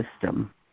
system